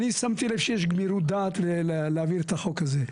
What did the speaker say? אני שמתי לב שיש גמירות דעת להעביר את החוק הזה.